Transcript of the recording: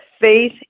faith